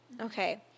Okay